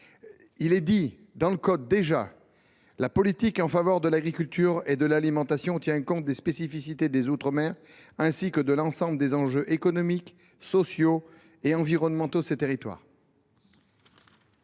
il est bien précisé :« La politique en faveur de l’agriculture et de l’alimentation tient compte des spécificités des outre mer ainsi que de l’ensemble des enjeux économiques, sociaux et environnementaux de ces territoires.